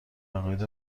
عقاید